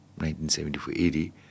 1974-80